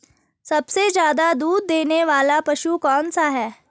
सबसे ज़्यादा दूध देने वाला पशु कौन सा है?